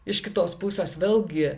iš kitos pusės vėlgi